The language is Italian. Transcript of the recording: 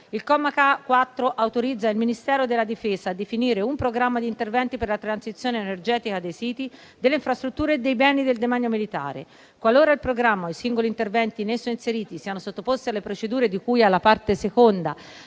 Il comma 4 autorizza il Ministero della difesa a definire un programma di interventi per la transizione energetica dei siti delle infrastrutture e dei beni del demanio militare. Qualora il programma o i singoli interventi in esso inseriti siano sottoposti alle procedure di cui alla parte seconda